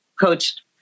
coached